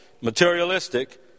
materialistic